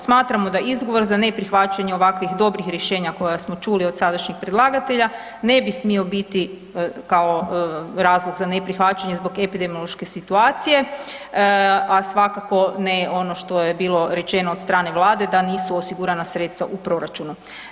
Smatramo da izgovor za neprihvaćanje ovakvih dobrih rješenja koja smo čuli od sadašnjih predlagatelja ne bi smio biti kao razlog za neprihvaćanje zbog epidemiološke situacije, a svakako ne ono što je bilo rečeno od strane Vlade da nisu osigurana sredstva u proračunu.